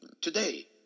today